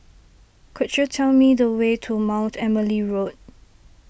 could you tell me the way to Mount Emily Road